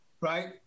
right